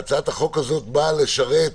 והצעת החוק הזאת באה לשרת,